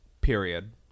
period